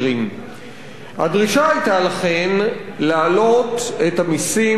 הדרישה היתה, לכן, להעלות את המסים על העשירים,